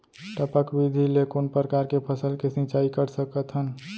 टपक विधि ले कोन परकार के फसल के सिंचाई कर सकत हन?